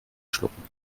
schlucken